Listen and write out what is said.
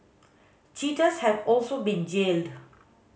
cheaters have also been jailed